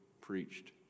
preached